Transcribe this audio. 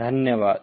धन्यवाद